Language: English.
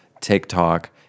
TikTok